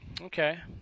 Okay